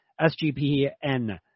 SGPN